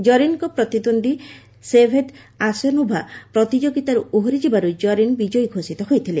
ଜରିନ୍ଙ୍କ ପ୍ରତିଦ୍ୱନ୍ଦ୍ୱ Sevda Asenova ପ୍ରତିଯୋଗୀତାରୁ ଓହରିଯିବାରୁ କରିନ୍ ବିଜୟୀ ଘୋଷିତ ହୋଇଥିଲେ